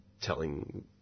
telling